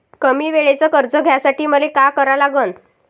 कमी वेळेचं कर्ज घ्यासाठी मले का करा लागन?